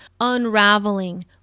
unraveling